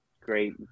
great